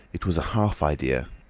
it was a half idea!